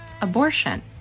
Abortion